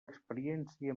experiència